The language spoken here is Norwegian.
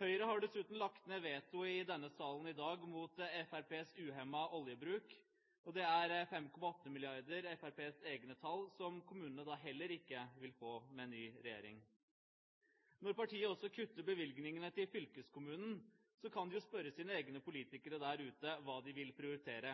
Høyre har dessuten lagt ned veto i denne salen i dag mot Fremskrittspartiets uhemmede oljebruk, og det er 5,8 mrd. – Fremskrittspartiets egne tall – som kommunene da heller ikke vil få med ny regjering. Når partiet også kutter bevilgningene til fylkeskommunen, kan de jo spørre sine egne politikere der ute hva de vil prioritere: